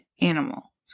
animal